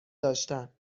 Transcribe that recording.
داشتن